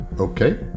Okay